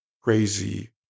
crazy